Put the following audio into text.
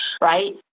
right